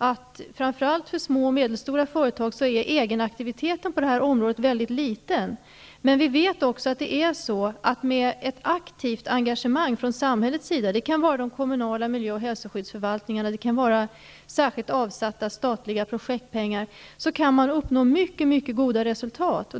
att egenaktiviteten framför allt för de små och medelstora företagen är liten. Med ett aktivt engagemeang från samhällets sida -- det kan vara pengar från de kommunala miljö och hälsoskyddsförvaltningarna eller särskilt avsatta statliga projektpengar -- går det att uppnå bra resultat.